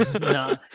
No